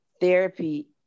therapy